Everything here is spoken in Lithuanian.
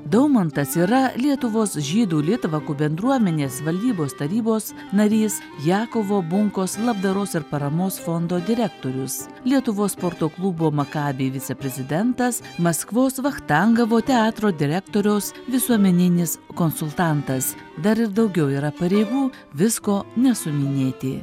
daumantas yra lietuvos žydų litvakų bendruomenės valdybos tarybos narys jakovo bunkos labdaros ir paramos fondo direktorius lietuvos sporto klubo makabi viceprezidentas maskvos vachtangovo teatro direktoriaus visuomeninis konsultantas dar ir daugiau yra pareigų visko nesuminėti